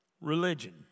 Religion